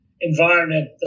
environment